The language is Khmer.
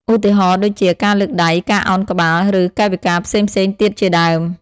ឧទាហរណ៍ដូចជា ការលើកដៃ ការឱនក្បាល ឬកាយវិការផ្សេងៗទៀតជាដើម។